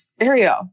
Ariel